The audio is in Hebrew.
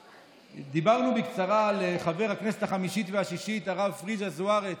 דיברנו בקצרה על חבר הכנסת החמישית והשישית הרב פריג'א זוארץ,